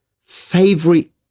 favorite